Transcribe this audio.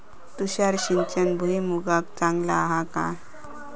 तुषार सिंचन भुईमुगाक चांगला हा काय?